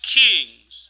kings